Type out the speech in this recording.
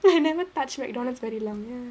I never touch McDonald's very long uh